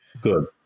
Good